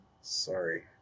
Sorry